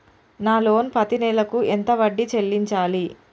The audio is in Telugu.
నా లోను పత్తి నెల కు ఎంత వడ్డీ చెల్లించాలి?